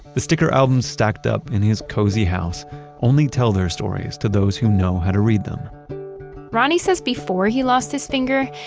the sticker albums stacked up in his cozy house only tell their stories to those who know how to read them ronnie says before he lost his finger,